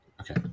Okay